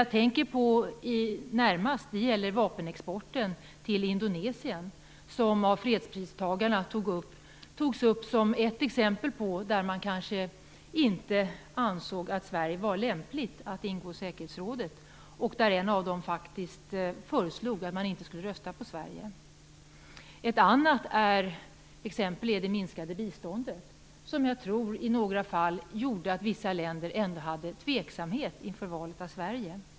Jag tänker närmast på vapenexporten till Indonesien, som av fredspristagarna togs upp som ett exempel på att det kanske inte kunde anses vara lämpligt att Sverige ingår i säkerhetsrådet. En av dem föreslog faktiskt att man inte skulle rösta på Sverige. Ett annat exempel är det minskade biståndet. Också det gjorde, tror jag, i några fall att vissa länder kände tveksamhet inför valet av Sverige.